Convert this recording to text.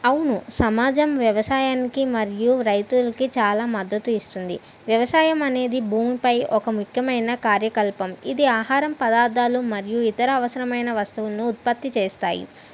అవును సమాజం వ్యవసాయానికి మరియు రైతులకి చాలా మద్దత్తు ఇస్తుంది వ్యవసాయం అనేది భూమిపై ఒక ముఖ్యమైన కార్యకలాపం ఇది ఆహారం పదార్థాలు మరియు ఇతర అవసరమైన ఉత్పత్తులను ఉత్పత్తి చేస్తాయి